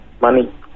money